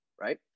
Right